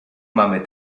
mamy